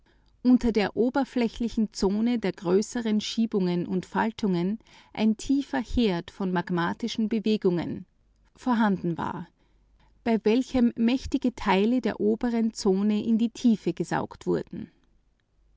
unter der oberflächlichen zone der größeren schiebungen und faltungen ein tiefer herd von magmatischen bewegungen vorhanden bei welchem mächtige teile der oberen zone in die tiefe gesaugt wurden